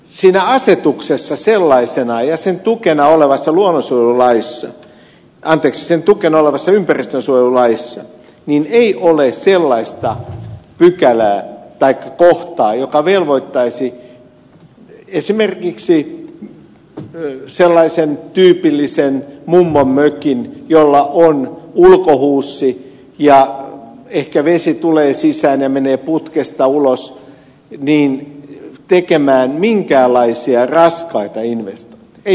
siinä asetuksessa sellaisenaan ja sen tukena olevassa ympäristönsuojelulaissa ei ole sellaista pykälää taikka kohtaa joka velvoittaisi esimerkiksi sellaiseen tyypilliseen mummonmökkiin jossa on ulkohuussi ja jossa ehkä vesi tulee sisään ja menee putkesta ulos tekemään minkäänlaisia raskaita investointeja ei todellakaan